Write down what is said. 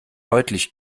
deutlich